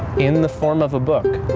in in the form of a book.